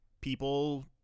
people